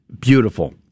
beautiful